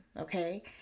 okay